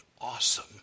awesome